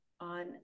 on